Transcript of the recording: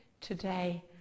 today